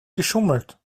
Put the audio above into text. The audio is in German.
geschummelt